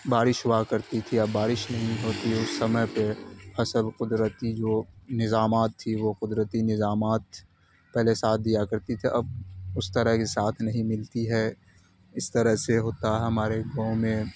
بارش ہوا کرتی تھی اب بارش نہیں ہوتی ہے اس سمے پہ فصل قدرتی جو نظامات تھی وہ قدرتی نظامات پہلے ساتھ دیا کرتی تھی اب اس طرح کے ساتھ نہیں ملتی ہے اس طرح سے ہوتا ہے ہمارے گاؤں میں